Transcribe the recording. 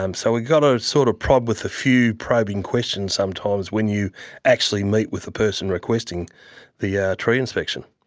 um so we've got to sort of prod with a few probing questions sometimes when you actually meet with the person requesting the yeah tree inspection.